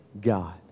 God